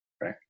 right